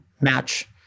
match